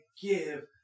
give